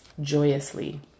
joyously